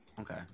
okay